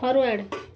forward